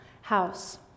house